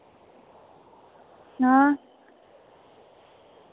हां